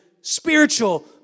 spiritual